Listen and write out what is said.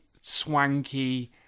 swanky